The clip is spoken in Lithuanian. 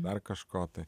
dar kažko tai